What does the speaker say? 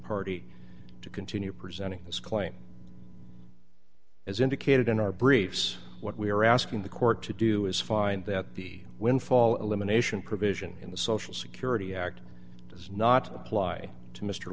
party to continue presenting this claim as indicated in our briefs what we are asking the court to do is find that the windfall elimination provision in the social security act does not apply to mr